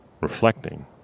reflecting